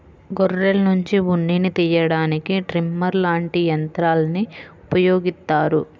గొర్రెల్నుంచి ఉన్నిని తియ్యడానికి ట్రిమ్మర్ లాంటి యంత్రాల్ని ఉపయోగిత్తారు